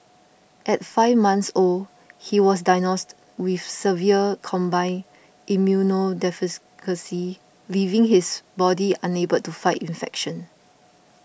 at five months old he was diagnosed with severe combined leaving his body unable to fight infections